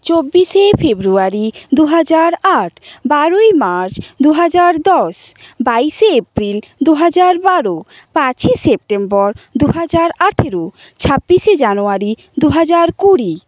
চব্বিশে ফেব্রুয়ারি দু হাজার আট বারোই মার্চ দু হাজার দশ বাইশে এপ্রিল দু হাজার বারো পাঁচই সেপ্টেম্বর দু হাজার আঠেরো ছাব্বিশে জানুয়ারি দু হাজার কুড়ি